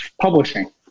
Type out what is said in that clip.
publishing